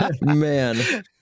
Man